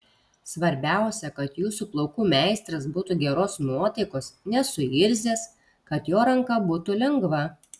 svarbiausia kad jūsų plaukų meistras būtų geros nuotaikos nesuirzęs kad jo ranka būtų lengva